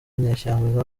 inyeshyamba